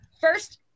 first